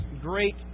great